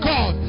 God